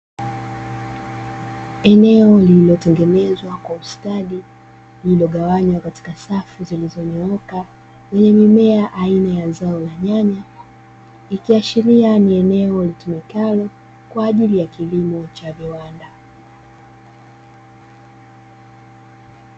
Eneo lililotengenezwa kwa ustadi lililogawanywa katika safu zilizonyooka, lenye mimea aina ya zao la nyanya, ikiashiria ni eneo litumikalo kwa ajili ya kilimo cha viwanda.